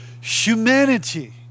humanity